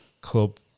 Club